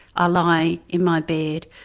ah lie in my bed,